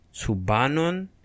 subanon